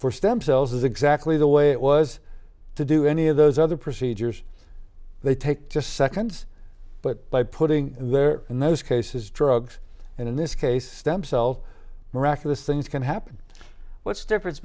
for stem cells is exactly the way it was to do any of those other procedures they take just seconds but by putting their in those cases drugs and in this case stem cells miraculous things can happen what's the difference